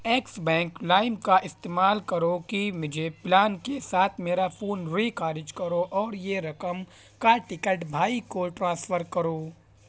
x bank لائم کا استعمال کرو کہ مجھے پلان کے ساتھ میرا فون ریخارج کرو اور یہ رقم کا ٹکٹ بھائی کو ٹرانسفر کرو